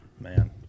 man